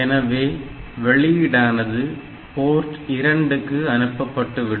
எனவே வெளியீடானது போர்ட் 2 க்கு அனுப்பப்பட்டுவிடும்